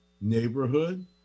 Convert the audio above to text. neighborhood